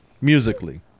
musically